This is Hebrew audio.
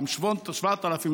7,000,